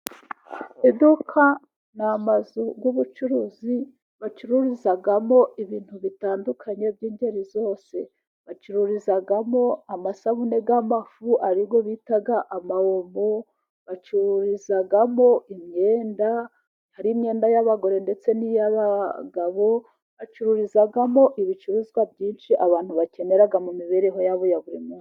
Iduka ni amazu y'ubucuruzi bacururizamo ibintu bitandukanye by'ingeri zose. Bacururizamo amasabune y'amafu ari bita ama omo, bacururizamo imyenda. Hari imyenda y'abagore ndetse n'iy'abagabo, acururizamo ibicuruzwa byinshi abantu bakenera mu mibereho yabo ya buri munsi.